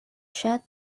shared